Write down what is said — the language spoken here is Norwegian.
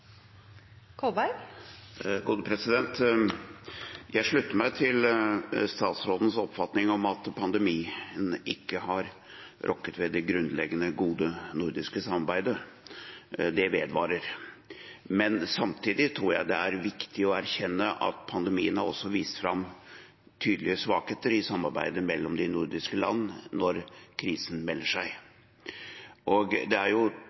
Jeg slutter meg til statsrådens oppfatning om at pandemien ikke har rokket ved det grunnleggende gode nordiske samarbeidet. Det vedvarer. Men samtidig tror jeg det er viktig å erkjenne at pandemien også har vist fram tydelige svakheter i samarbeidet mellom de nordiske land når krisen melder seg. Det er